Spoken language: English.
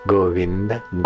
Govinda